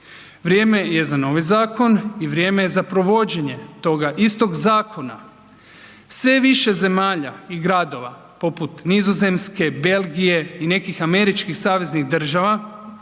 Vrijeme je za novi zakon i vrijeme je za provođenje toga istog zakona. Sve je više zemalja i gradova poput Nizozemske, Belgije i nekih američkih saveznih država